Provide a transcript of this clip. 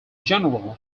general